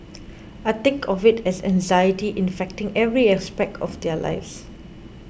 I think of it as anxiety infecting every aspect of their lives